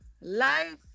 life